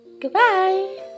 Goodbye